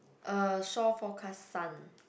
uh shore forecast sun